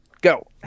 go